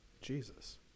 Jesus